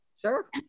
Sure